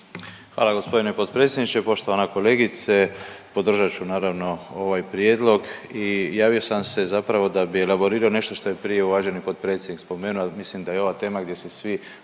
Hvala g. potpredsjedniče. Poštovana kolegice, podržat ću naravno ovaj prijedlog i javio sam se zapravo da bi elaborirao nešto što je prije uvaženi potpredsjednik spomenuo, a mislim da je ova tema gdje se svi